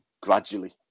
gradually